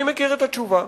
אני מכיר את התשובה.